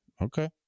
Okay